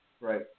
Right